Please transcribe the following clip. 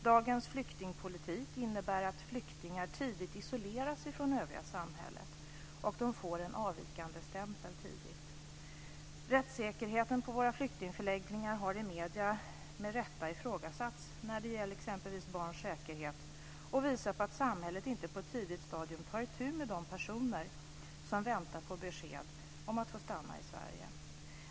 Dagens flyktingpolitik innebär att flyktingar tidigt isoleras från övriga samhället. De får tidigt en avvikandestämpel. Rättssäkerheten på våra flyktingförläggningar har med rätta ifrågasatts i medierna. Det gäller t.ex. barns säkerhet. Det visar på att samhället inte på ett tidigt stadium tar itu med de personer som väntar på besked om att få stanna i Sverige.